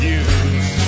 use